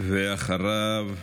אחריו,